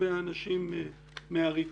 לגבי האנשים מאריתריאה,